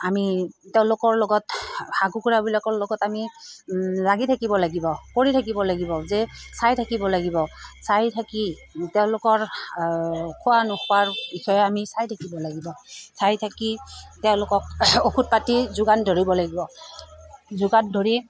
আমি তেওঁলোকৰ লগত হাঁহ কুকুৰাবিলাকৰ লগত আমি লাগি থাকিব লাগিব কৰি থাকিব লাগিব যে চাই থাকিব লাগিব চাই থাকি তেওঁলোকৰ খোৱা নোখোৱাৰ বিষয়ে আমি চাই থাকিব লাগিব চাই থাকি তেওঁলোকক ঔষধ পাতি যোগান ধৰিব লাগিব যোগান ধৰি